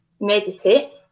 meditate